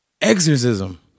Exorcism